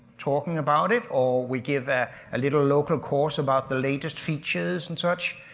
talking about it or we give a little local course about the latest features and such,